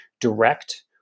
direct